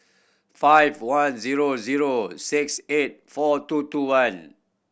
five one zero zero six eight four two two one